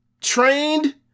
trained